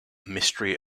mystery